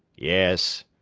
yes,